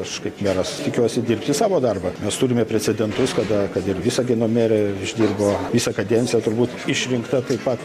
aš kaip meras tikiuosi dirbti savo darbą mes turime precedentus kada kad ir visagino merė išdirbo visą kadenciją turbūt išrinkta taip pat